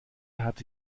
hatte